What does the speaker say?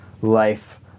life